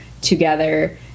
together